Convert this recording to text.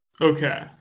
Okay